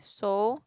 so